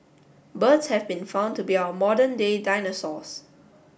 birds have been found to be our modern day dinosaurs